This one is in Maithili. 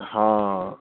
हँ